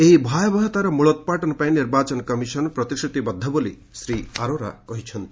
ଏହି ଭୟାବହତାର ମୂଳୋପ୍ରାଟନ ପାଇଁ ନିର୍ବାଚନ କମିଶନ ପ୍ରତିଶ୍ରତିବଦ୍ଧ ବୋଲି ଶ୍ରୀ ଅରୋରା କହିଛନ୍ତି